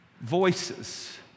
voices